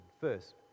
first